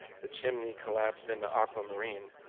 the chimney collapsed into aquamarine.